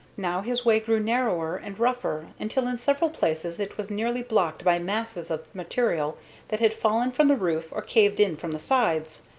now his way grew narrower and rougher, until in several places it was nearly blocked by masses of material that had fallen from the roof or caved in from the sides.